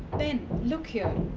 ben look here.